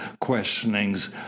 questionings